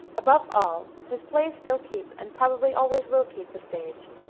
above all, his plays still keep, and probably always will keep, the stage.